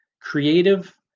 creative